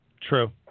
True